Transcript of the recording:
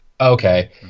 Okay